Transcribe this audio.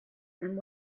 and